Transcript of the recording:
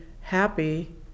happy